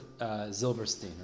Zilberstein